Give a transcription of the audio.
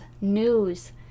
news